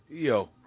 Yo